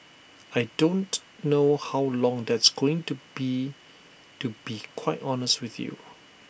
I don't know how long that's going to be to be quite honest with you